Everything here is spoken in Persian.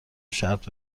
شرط